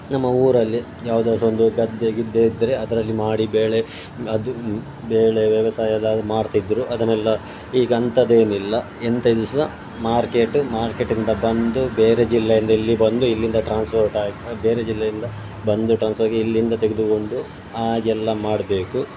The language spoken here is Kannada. ನಮ್ಮ ಊರಲ್ಲಿ ಯಾವುದೇ ಸಹ ಒಂದು ಗದ್ದೆ ಗಿದ್ದೆ ಇದ್ದರೆ ಅದರಲ್ಲಿ ಮಾಡಿ ಬೆಳೆ ಅದು ಬೆಳೆ ವ್ಯವಸಾಯ ಎಲ್ಲ ಮಾಡ್ತಿದ್ದರು ಅದನ್ನೆಲ್ಲ ಈಗ ಅಂಥದ್ದೇನಿಲ್ಲ ಎಂಥಯಿದ್ರು ಸಹ ಮಾರ್ಕೆಟ್ ಮಾರ್ಕೆಟಿಂದ ಬಂದು ಬೇರೆ ಜಿಲ್ಲೆಯಿಂದ ಇಲ್ಲಿ ಬಂದು ಇಲ್ಲಿಂದ ಟ್ರಾನ್ಸ್ಪೋರ್ಟ್ ಆಗಿ ಬೇರೆ ಜಿಲ್ಲೆಯಿಂದ ಬಂದು ಟ್ರಾನ್ಸಫರ್ ಆಗಿ ಇಲ್ಲಿಂದ ತೆಗೆದುಕೊಂಡು ಹಾಗೆಲ್ಲ ಮಾಡಬೇಕು